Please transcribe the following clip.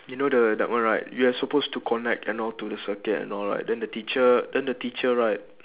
you know the that one right you are supposed to connect and all to the circuit and all right then the teacher then the teacher right